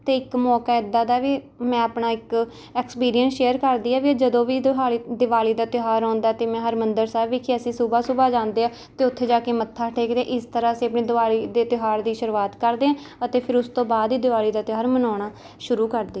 ਅਤੇ ਇੱਕ ਮੌਕਾ ਇੱਦਾਂ ਦਾ ਵੀ ਮੈਂ ਆਪਣਾ ਇੱਕ ਐਕਸਪੀਰੀਐਂਸ ਸ਼ੇਅਰ ਕਰਦੀ ਹਾਂ ਵੀ ਜਦੋਂ ਵੀ ਦਿਹਾਲੀ ਦਿਵਾਲੀ ਦਾ ਤਿਉਹਾਰ ਆਉਂਦਾ ਅਤੇ ਮੈਂ ਹਰਿਮੰਦਰ ਸਾਹਿਬ ਵਿਖੇ ਅਸੀਂ ਸੁਬਾਹ ਸੁਬਾਹ ਜਾਂਦੇ ਹਾਂ ਅਤੇ ਉੱਥੇ ਜਾ ਕੇ ਮੱਥਾ ਟੇਕਦੇ ਇਸ ਤਰ੍ਹਾਂ ਅਸੀਂ ਆਪਣੇ ਦਿਵਾਲੀ ਦੇ ਤਿਉਹਾਰ ਦੀ ਸ਼ੁਰੂਆਤ ਕਰਦੇ ਹਾਂ ਅਤੇ ਫਿਰ ਉਸ ਤੋਂ ਬਾਅਦ ਹੀ ਦਿਵਾਲੀ ਦਾ ਤਿਉਹਾਰ ਮਨਾਉਣਾ ਸ਼ੁਰੂ ਕਰਦੇ